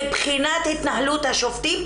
מבחינת התנהלות השופטים,